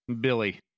Billy